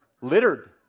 Littered